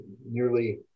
Nearly